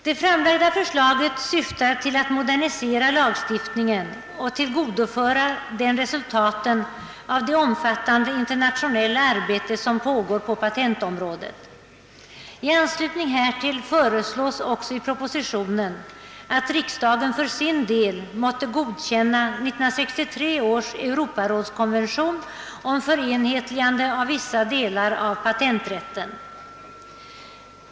Det framlagda förslaget syftar till att modernisera lagstiftningen och tillgodoföra den resultaten av det omfattande internationella arbete som pågår på patentområdet. I anslutning härtill föreslås också i propositionen, att riksdagen för sin del måtte godkänna 1963 års europarådskonvention om <förenhetligande av vissa delar 'av patenträtten.